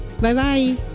Bye-bye